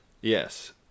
Yes